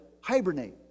hibernate